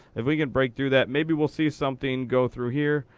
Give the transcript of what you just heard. if we can break through that, maybe we'll see something go through here.